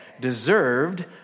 deserved